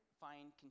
find